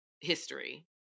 history